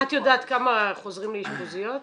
את יודעת כמה חוזרים לאשפוזיות באחוזים?